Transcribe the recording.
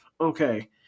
okay